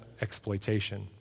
exploitation